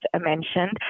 mentioned